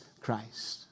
Christ